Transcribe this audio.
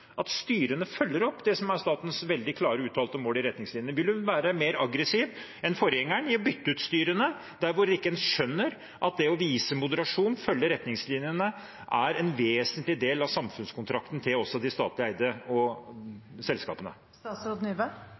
at styrene følger opp det som er statens veldig klare, uttalte mål i retningslinjene? Vil hun være mer aggressiv enn forgjengeren i å bytte ut styrene der hvor en ikke skjønner at å vise moderasjon og følge retningslinjene er en vesentlig del av samfunnskontrakten til også de statlig eide